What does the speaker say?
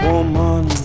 Woman